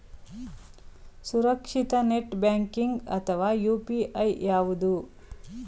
ಸುರಕ್ಷಿತ net banking ಅಥವಾ UPI ಯಾವುದು?